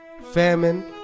famine